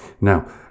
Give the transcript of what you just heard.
Now